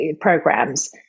programs